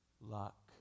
luck